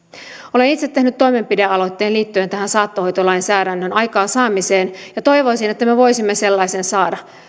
olen itse tehnyt toimenpidealoitteen liittyen tähän saattohoitolainsäädännön aikaansaamiseen ja toivoisin että me voisimme sellaisen saada